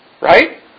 Right